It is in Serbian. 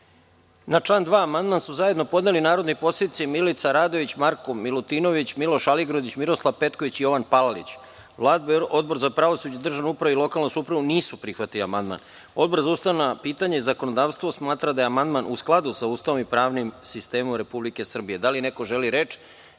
član 2. amandman su zajedno podneli narodni poslanici Milica Radović, Marko Milutinović, Miloš Aligrudić, Miroslav Petković i Jovan Palalić. Vlada i Odbor za pravosuđe, državnu upravu i lokalnu samoupravu nisu prihvatili amandman. Odbor za ustavna pitanja i zakonodavstvo smatra da je amandman u skladu sa Ustavom i pravnim sistemom Republike Srbije. Da li neko želi reč?